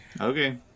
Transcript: okay